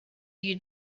you